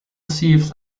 thieves